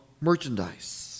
merchandise